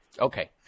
Okay